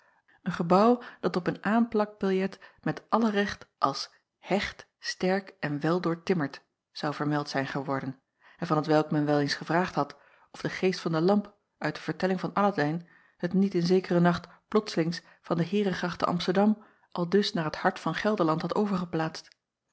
een gebouw dat op een aanplakbiljet met alle recht als hecht sterk en weldoortimmerd zou vermeld zijn geworden en van t welk men wel eens gevraagd had of de eest van de amp uit de vertelling van ladijn het niet in zekere nacht plotslings van de eeregracht te msterdam aldus naar het hart van elderland had